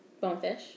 Bonefish